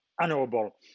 honorable